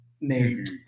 named